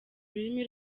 ururimi